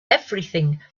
everything